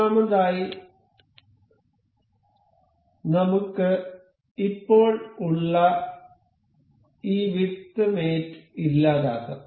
ഒന്നാമതായി നമുക്ക് ഇപ്പോൾ ഉള്ള ഈ വിഡ്ത് മേറ്റ് ഇല്ലാതാക്കാം